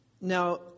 Now